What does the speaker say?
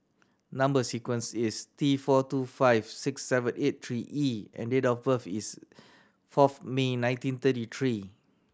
number sequence is T four two five six seven eight three E and date of birth is fourth May nineteen thirty three